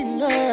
love